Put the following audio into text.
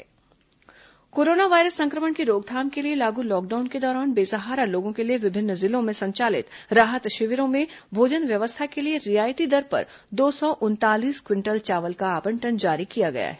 corona खाद्यान्न आवंटन corona virus संक्रमण की रोकथाम के लिए लागू लॉकडाउन के दौरान बेसहारा लोगों के लिए विभिन्न जिलों में संचालित राहत शिविरों में भोजन व्यवस्था के लिए रियायती दर पर दो सौ उनतालीस क्विंटल चावल का आवंटन जारी किया गया है